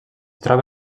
troba